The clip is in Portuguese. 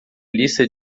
lista